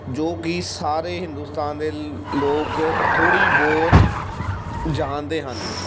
ਜੋ ਕਿ ਸਾਰੇ ਹਿੰਦੁਸਤਾਨ ਦੇ ਲੋਕ ਥੋੜ੍ਹੀ ਬਹੁਤ ਜਾਣਦੇ ਹਨ